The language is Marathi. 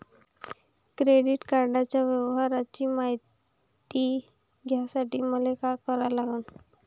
क्रेडिट कार्डाच्या व्यवहाराची मायती घ्यासाठी मले का करा लागन?